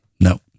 no